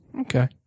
Okay